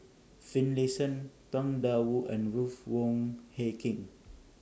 Finlayson Tang DA Wu and Ruth Wong Hie King